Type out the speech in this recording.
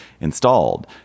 installed